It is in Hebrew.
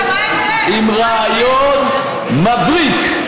עם רעיון מבריק,